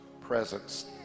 presence